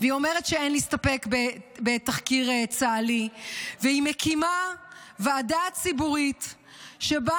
היא אומרת שאין להסתפק בתחקיר צה"לי והיא מקימה ועדה ציבורית שבה,